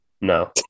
No